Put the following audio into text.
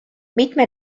mitme